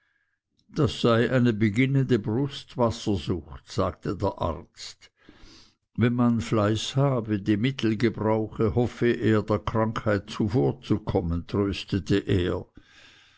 das sei eine beginnende brustwassersucht sagte der arzt wenn man fleiß habe die mittel gebrauche hoffe er der krankheit zuvorzukommen tröstete er